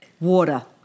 Water